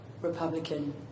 Republican